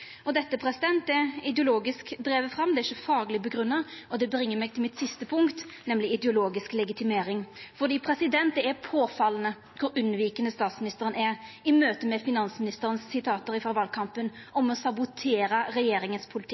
Dette er ideologisk drive fram, det er ikkje fagleg underbygd, og det bringer meg til mitt siste punkt, nemleg ideologisk legitimering. For det er påfallande kor unnvikande statsministeren er i møte med sitat frå finansministeren frå valkampen om å sabotera regjeringas